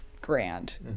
grand